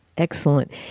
Excellent